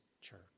church